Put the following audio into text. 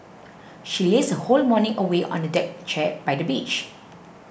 she lazed her whole morning away on a deck chair by the beach